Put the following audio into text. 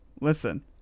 Listen